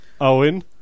Owen